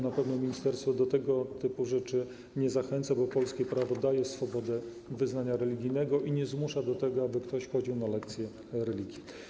Na pewno ministerstwo do tego typu rzeczy nie zachęca, bo polskie prawo daje swobodę wyznania religijnego i nie zmusza do tego, aby ktoś chodził na lekcje religii.